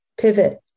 pivot